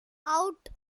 out